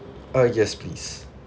uh yes please